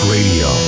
Radio